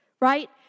right